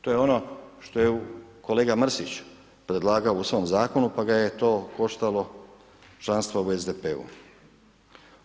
To je ono što je kolega Mrsić predlagao u svom zakonu, pa ga je to koštalo članstva u SDP-u.